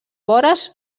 vores